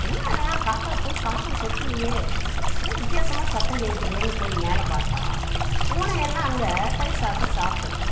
என்னாடா காக்கா போய் சாதம் கொத்துலையே என்ன வித்தியாசமாக சத்தம் கேட்குதேன்னு போய் மேலே பார்த்தா பூனையெல்லாம் அங்கே தயிர் சாதத்தை சாப்பிட்டுட்டு இருக்கும்